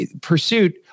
pursuit